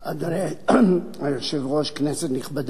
אדוני היושב-ראש, כנסת נכבדה,